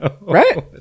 Right